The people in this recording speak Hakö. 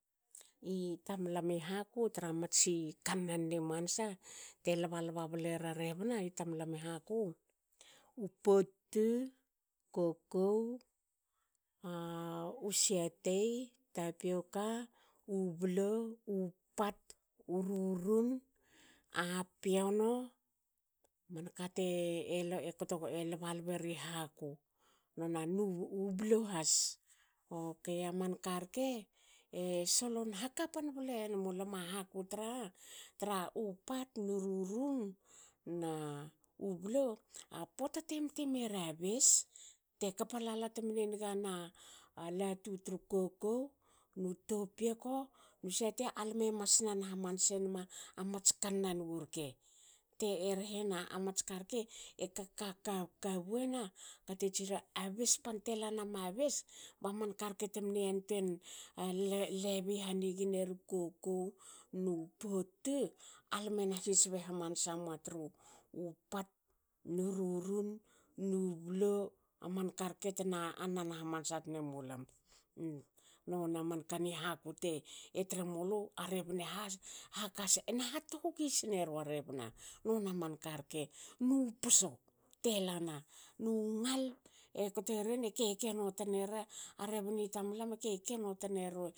I tamlam i haku tra matsi kannan ni mansa te lba- lba blera rebna i tamlam i haku. u pot tu. kokou. a u siatei. tapioka. u blo. u pat. u rurun. a piono manka te lba lberi haku nu blo has. Okei aman ka rke e solon hakapan blen mulam a haku traha tra u pat nu rurun. na u blo a pota te mte mera bes. te kapa lala temne niga na latu tru kokou. nu topioko. nu satei alme mas nan hamase nama gmats kannan wu rke. Te rehena amats ka rke ekak kaka kabuena kate a be pan telanama bes ba man ka rke temne yantuen lebi hanigi neru kokou. nu pot tu. alame na sisbe hamansa mua tru u pat. nu rurun. nu blo. aman karke tna a nan hamansa tne mulam. Nonia manka ni haku te tremulu a rebna na hatogis nerua rebna nona man karke nu poso telana nu ngal e koteren e kekeno tnera a rebni tamlam e kekeno tneru.